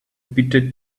bitter